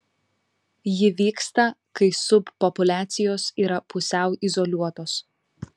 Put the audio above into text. ji vyksta kai subpopuliacijos yra pusiau izoliuotos